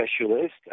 specialist